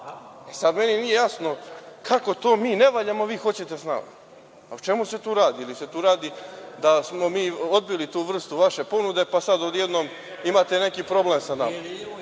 Sad meni nije jasno, kako to mi ne valjamo, a vi hoćete sa nama. O čemu se tu radi? Ili se tu radi da smo mi odbili tu vrstu vaše ponude, pa sad odjednom imate neki problem sa nama.